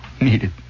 needed